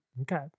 Okay